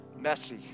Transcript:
messy